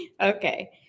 Okay